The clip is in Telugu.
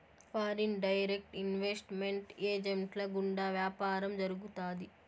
ఫారిన్ డైరెక్ట్ ఇన్వెస్ట్ మెంట్ ఏజెంట్ల గుండా వ్యాపారం జరుగుతాది